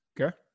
Okay